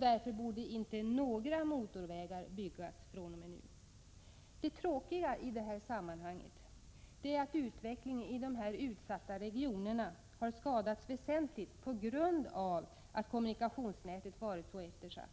Därför borde inte några motorvägar byggas fr.o.m. nu. Det tråkiga i det här sammanhanget är att utvecklingen i de utsatta regionerna väsentligt skadats på grund av att kommunikationsnätet varit så eftersatt.